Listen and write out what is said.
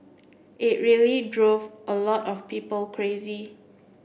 it really drove a lot of people crazy